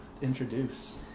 introduce